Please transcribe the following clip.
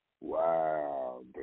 Wow